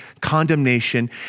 condemnation